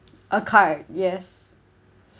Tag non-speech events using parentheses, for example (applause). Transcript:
a card yes (breath)